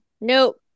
nope